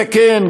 וכן,